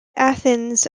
athens